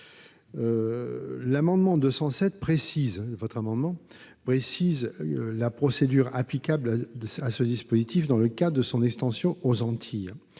vise à préciser la procédure applicable à ce dispositif dans le cadre de son extension aux Antilles.